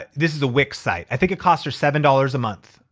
this is a wic site, i think it costs her seven dollars a month.